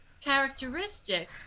characteristic